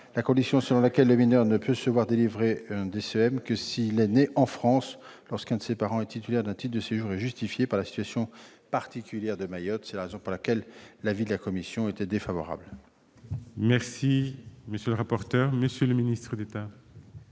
La condition selon laquelle le mineur ne peut se voir délivrer un DCEM que s'il est né en France, lorsque l'un de ses parents est titulaire d'un titre de séjour, est justifiée par la situation particulière de Mayotte. C'est la raison pour laquelle l'avis de la commission est défavorable. Quel est l'avis du Gouvernement ?